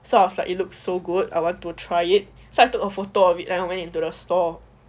sort of like it looks so good I want to try it so I took a photo of it and I went into the store